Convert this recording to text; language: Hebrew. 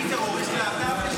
אני טרוריסט להט"בי?